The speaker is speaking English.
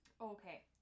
Okay